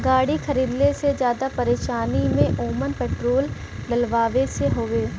गाड़ी खरीदले से जादा परेशानी में ओमन पेट्रोल डलवावे से हउवे